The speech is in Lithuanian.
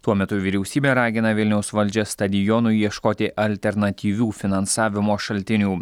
tuo metu vyriausybė ragina vilniaus valdžią stadionui ieškoti alternatyvių finansavimo šaltinių